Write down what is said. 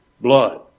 Blood